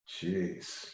Jeez